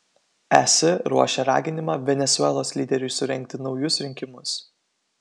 es ruošia raginimą venesuelos lyderiui surengti naujus rinkimus